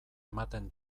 ematen